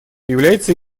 является